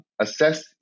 assess